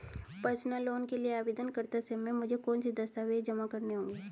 Personal loan के लिए आवेदन करते समय मुझे कौन से दस्तावेज़ जमा करने होंगे?